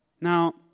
Now